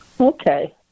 Okay